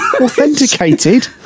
Authenticated